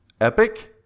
Epic